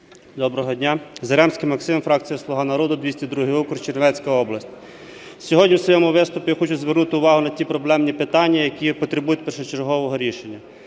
Доброго дня! Заремський Максим, фракція "Слуга народу", 202 округ, Чернівецька область. Сьогодні у своєму виступі я хочу звернути увагу на ті проблемні питання, які потребують першочергового рішення.